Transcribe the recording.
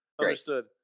understood